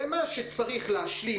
ומה שצריך להשלים,